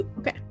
okay